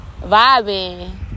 vibing